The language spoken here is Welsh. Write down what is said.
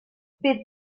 bydd